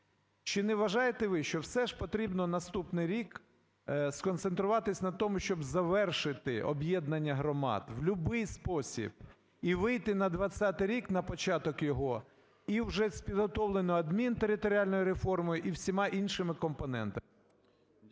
Чи не вважаєте ви, що, все ж, потрібно наступний рік сконцентруватись на тому, щоб завершити об'єднання громад в любий спосіб і вийти на 20-й рік, на початок його, і вже з підготовленоюадмінтериторіальною реформою і всіма іншими компонентами?